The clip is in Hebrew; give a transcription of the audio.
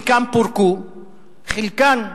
חלקן פורקו,